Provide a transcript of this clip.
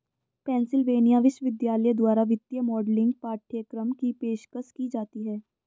Pennsylvania विश्वविद्यालय द्वारा वित्तीय मॉडलिंग पाठ्यक्रम की पेशकश की जाती हैं